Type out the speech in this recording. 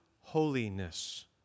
holiness